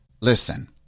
listen